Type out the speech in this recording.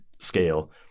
scale